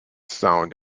sound